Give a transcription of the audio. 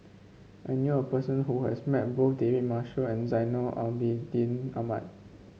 I knew a person who has met both David Marshall and Zainal Abidin Ahmad